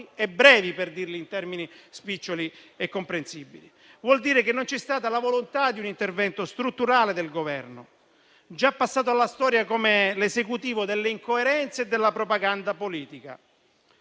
e brevi, per dirlo in termini spiccioli e comprensibili. Ciò vuol dire che non c'è stata la volontà di un intervento strutturale del Governo, già passato alla storia come l'Esecutivo dell'incoerenza e della propaganda politica.